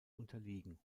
unterliegen